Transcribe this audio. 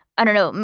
i don't know,